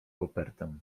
kopertę